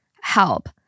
help